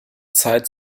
zeit